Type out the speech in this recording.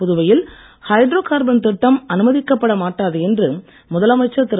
புதுவையில் hydrocarbon திட்டம் அனுமதிக்கப்பட மாட்டாது என்று முதலமைச்சர் திரு